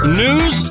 news